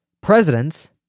presidents